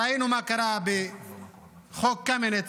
ראינו מה קרה בחוק קמיניץ,